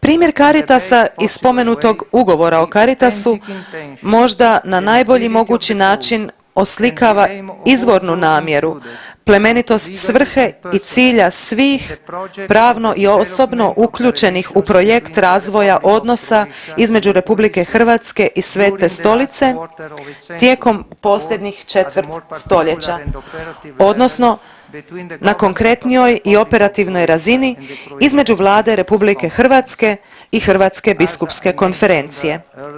Primjer Caritasa iz spomenutog ugovora o Caritasu možda na najbolji mogući način oslikava izvornu namjeru, plemenitost svrhe i cilja svih pravno i osobno uključenih u projekt razvoja odnosa između RH i Svete Stolice tijekom posljednjih četvrt stoljeća odnosno na konkretnijoj i operativnoj razini između Vlade RH i Hrvatske biskupske konferencije.